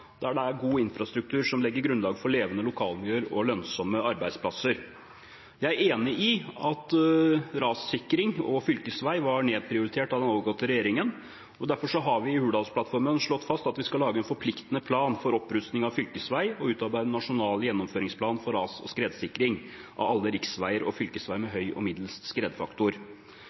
Det er god infrastruktur som legger grunnlaget for levende lokalmiljøer og lønnsomme arbeidsplasser. Jeg er enig i at rassikring og fylkesvei var nedprioritert av den avgåtte regjeringen. Derfor har vi i Hurdalsplattformen slått fast at vi skal lage en forpliktende plan for opprusting av fylkesvei og utarbeide en nasjonal gjennomføringsplan for ras- og skredsikring av alle riksveier og fylkesveier med høy og middels skredfaktor.